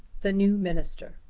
the new minister.